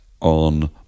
on